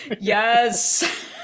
yes